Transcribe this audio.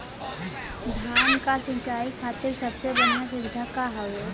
धान क सिंचाई खातिर सबसे बढ़ियां सुविधा का हवे?